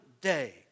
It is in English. day